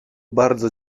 bardzo